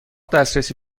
دسترسی